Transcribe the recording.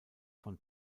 von